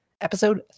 Episode